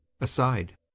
aside